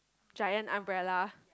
giant umbrella